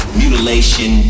mutilation